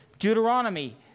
Deuteronomy